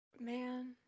man